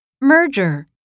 Merger